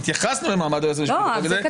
התייחסנו למעמד היועץ המשפטי לממשלה בחוק זה.